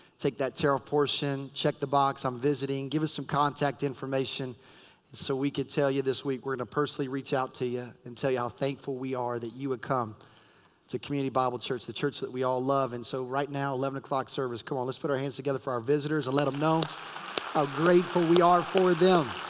take that tear off portion. check the box, i'm visiting give us some contact information so we can tell you this week. week. we're gonna personally reach out to you and tell you how thankful we are that you would come to community bible church. the church that we all love. and so right now, eleven o'clock service come on, let's put our hands together for our visitors and let em know how grateful we are for them.